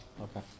okay